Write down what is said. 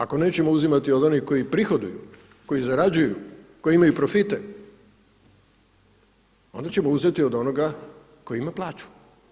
Ako nećemo uzimati od onih koji prihoduju, koji zarađuju, koji imaju profite ona ćemo uzeti od onoga koji ima plaću.